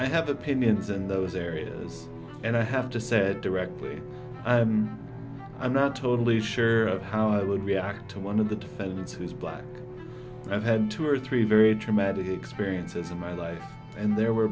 i have opinions in those areas and i have just said directly i'm not totally sure of how i would react to one of the defendants who is black i've had two or three very traumatic experiences in my life and there were